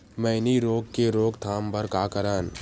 मैनी रोग के रोक थाम बर का करन?